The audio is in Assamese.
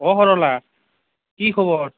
অঁ সৰলা কি খবৰ